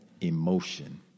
emotion